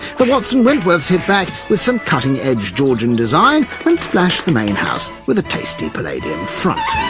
the watson wentworths hit back with some cutting-edge georgian design and splashed the main house with a tasty palladian front.